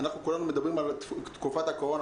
כולנו מדברים על תקופת הקורונה,